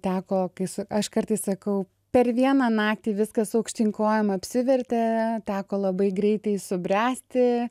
teko kai su aš kartais sakau per vieną naktį viskas aukštyn kojom apsivertė teko labai greitai subręsti